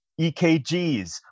ekgs